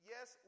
Yes